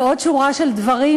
ועוד שורה של דברים,